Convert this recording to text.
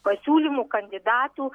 pasiūlymų kandidatų